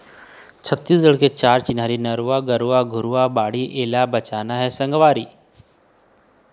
छत्तीसगढ़ के चार चिन्हारी नरूवा, गरूवा, घुरूवा, बाड़ी एला बचाना हे संगवारी